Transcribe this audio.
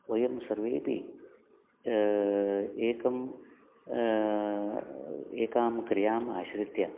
वयं सर्वेपि एकम् एकां क्रियाम् आश्रित्य